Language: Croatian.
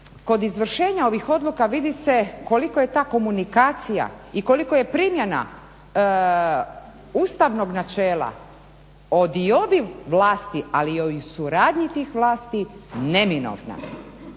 kod izvršenja ovih odluka vidi se koliko je ta komunikacija i koliko je primjena ustavnog načela o diobi vlasti ali i o suradnji tih vlasti neminovna